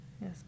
yes